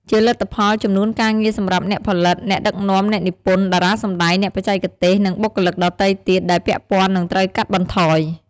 ជាលទ្ធផល ចំនួនការងារសម្រាប់អ្នកផលិត អ្នកដឹកនាំ អ្នកនិពន្ធ តារាសម្ដែង អ្នកបច្ចេកទេស និងបុគ្គលិកដទៃទៀតដែលពាក់ព័ន្ធនឹងត្រូវកាត់បន្ថយ។